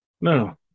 No